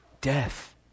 death